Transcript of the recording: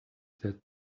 said